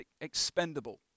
expendable